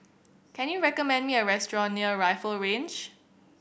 can you recommend me a restaurant near Rifle Range